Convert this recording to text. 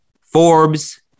forbes